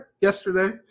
yesterday